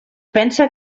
pensa